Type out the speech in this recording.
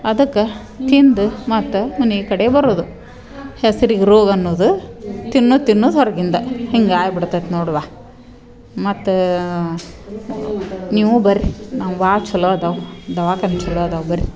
ಅದಕ್ಕೆ ತಿಂದು ಮತ್ತ ಮನೆ ಕಡೆ ಬರೋದು ಹೆಸ್ರಿಗೆ ರೋಗ ಅನ್ನುದು ತಿನ್ನುದು ತಿನ್ನುದು ಹೊರಗಿಂದ ಹಿಂಗೆ ಆಗ್ಬಿಡತೈತೆ ನೋಡವ್ವ ಮತ್ತೆ ನೀವು ಬರ್ರಿ ನಮ್ಗೆ ಭಾಳ ಚಲೋ ಅದಾವೆ ದವಾಖಾನಿ ಚಲೋ ಅದಾವೆ ಬರ್ರಿ